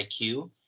IQ